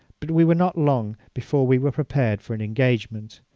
but we were not long before we were prepared for an engagement.